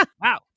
wow